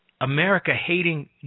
America-hating